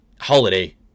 holiday